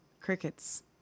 crickets